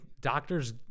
doctors